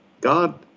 God